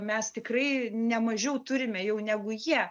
mes tikrai ne mažiau turime jau negu jie